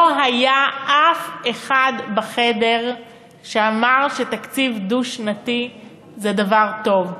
לא היה אף אחד בחדר שאמר שתקציב דו-שנתי זה דבר טוב.